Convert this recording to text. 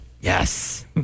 Yes